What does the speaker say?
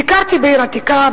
ביקרתי בעיר העתיקה,